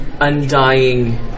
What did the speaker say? undying